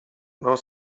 non